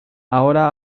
ahora